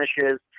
finishes